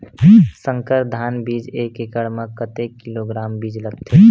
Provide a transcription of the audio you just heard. संकर धान बीज एक एकड़ म कतेक किलोग्राम बीज लगथे?